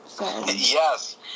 Yes